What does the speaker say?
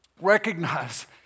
recognize